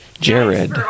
Jared